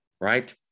right